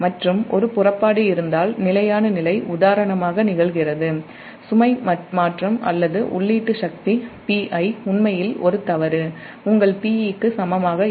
மற்றும் ஒரு புறப்பாடு இருந்தால் நிலையான நிலை உதாரணமாக நிகழ்கிறது சுமை மாற்றம் அல்லது உள்ளீட்டு சக்தி Pi உண்மையில் ஒரு தவறு உங்கள் Pe க்கு சமமாக இல்லை